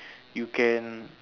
you can